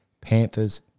panthers